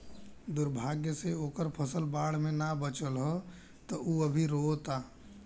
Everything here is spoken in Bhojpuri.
दुर्भाग्य से ओकर फसल बाढ़ में ना बाचल ह त उ अभी रोओता